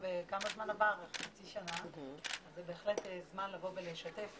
עברה חצי שנה וזה בהחלט זמן לבוא ולשתף